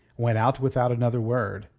went out without another word.